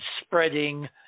spreading